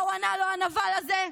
מה הוא ענה לו, הנבל הזה?